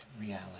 reality